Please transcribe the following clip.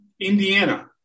Indiana